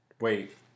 wait